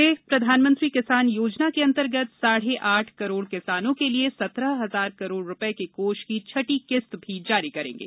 वे प्रधानमंत्री किसान योजना के अंतर्गत साढ़े आठ करोड़ किसानों के लिये सत्रह हजार करोड़ रूपये के कोष की छठी किस्त भी जारी करेंगे